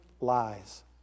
lies